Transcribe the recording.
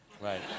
Right